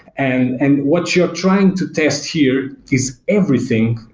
and and what you're trying to test here is everything,